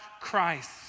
Christ